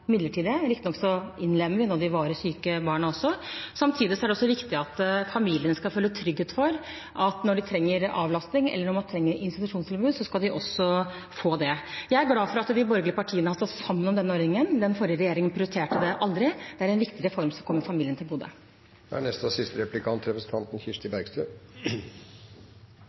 midlertidig. Riktignok innlemmer vi nå de varig syke barna også. Samtidig er det også viktig at familiene skal føle trygghet for at når de trenger avlastning, eller når de trenger et institusjonstilbud, skal de også få det. Jeg er glad for at de borgerlige partiene har stått sammen om denne ordningen. Den forrige regjeringen prioriterte det aldri. Det er en viktig reform som kommer familiene til gode. Jeg er